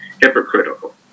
hypocritical